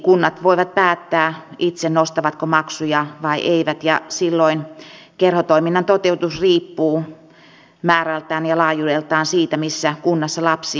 kunnat voivat päättää itse nostavatko maksuja vai eivät ja silloin kerhotoiminnan toteutus riippuu määrältään ja laajuudeltaan siitä missä kunnassa lapsi on